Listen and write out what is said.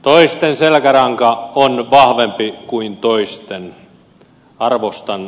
toisten selkäranka on vahvempi kuin toisten